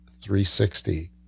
360